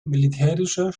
militärischer